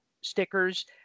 stickers